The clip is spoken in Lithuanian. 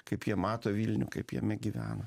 kaip jie mato vilnių kaip jame gyvena